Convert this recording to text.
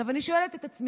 עכשיו, אני שואלת את עצמי: